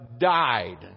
died